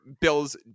Bills